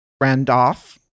Randolph